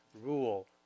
rule